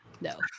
no